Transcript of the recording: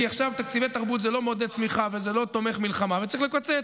כי עכשיו תקציב התרבות זה לא מעודד צמיחה וזה לא תומך מלחמה וצריך לקצץ.